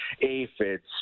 aphids